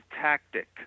tactic